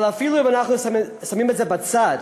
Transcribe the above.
אבל אפילו אם אנחנו שמים את זה בצד,